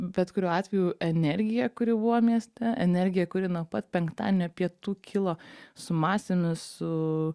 bet kuriuo atveju energija kuri buvo mieste energija kuri nuo pat penktadienio pietų kilo su masėmis su